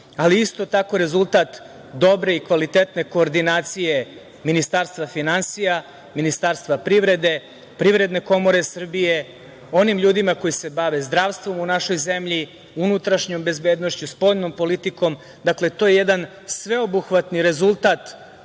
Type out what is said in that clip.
ali isto tako rezultat dobre i kvalitetne koordinacije Ministarstva finansija, Ministarstva privrede, Privredne komore Srbije, onim ljudima koji se bave zdravstvom u našoj zemlji, unutrašnjom bezbednošću, spoljnom politikom. Dakle, to je jedan sveobuhvatni rezultat